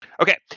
Okay